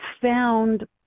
found